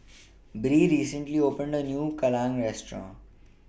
Bree recently opened A New Kalguksu Restaurant